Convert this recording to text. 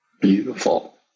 Beautiful